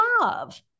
love